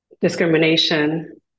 discrimination